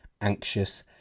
anxious